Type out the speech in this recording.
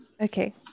Okay